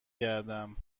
گردم